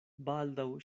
baldaŭ